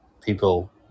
people